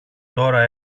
τώρα